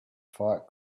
fight